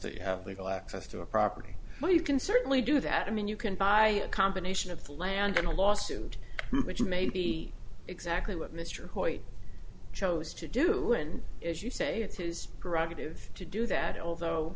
that you have legal access to a property or you can certainly do that i mean you can buy a combination of land and a lawsuit which may be exactly what mr hoyt chose to do and as you say it's his prerogative to do that although